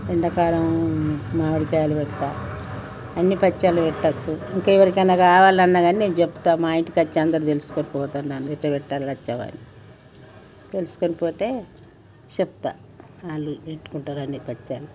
ఎండాకాలం మామిడికాయలు పెడతా అన్ని పచ్చళ్ళు పెట్టవచ్చు ఇంకెవరికన్నా కావాలన్నా కాని నేను చెప్తా మా ఇంటికి వచ్చి అందరూ తెలుసుకొని పోతారు ఎలా పెట్టాలి లచ్చవ్వ అని తెలుసుకొని పోతే చెప్తా వాళ్ళు పెట్టుకుంటారు అన్ని పచ్చళ్ళు